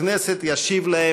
6881,